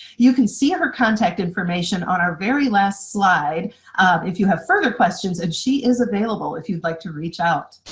you can see her contact information on our very last slide if you have further questions, and she is available if you'd like to reach out.